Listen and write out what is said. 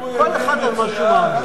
כל אחד על מה שהוא מאמין.